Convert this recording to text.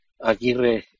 Aguirre